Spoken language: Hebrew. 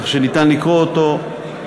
כך שאפשר לקרוא אותו,